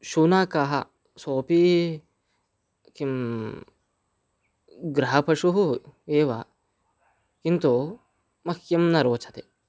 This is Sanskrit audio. शुनकः सोऽपि किं गृहपशुः एव किन्तु मह्यं न रोचते